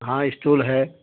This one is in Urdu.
ہاں اسٹول ہے